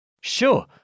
Sure